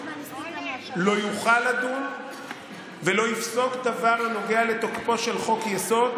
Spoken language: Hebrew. לא יוכל לדון ולא יפסוק דבר הנוגע לתוקפו של חוק-יסוד,